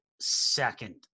second